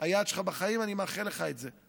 היעד שלך בחיים, אני מאחל לך את זה.